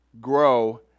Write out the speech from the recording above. grow